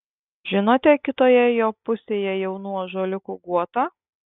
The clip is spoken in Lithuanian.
žinote kitoje jo pusėje jaunų ąžuoliukų guotą